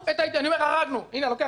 הנה, אני לוקח אחריות.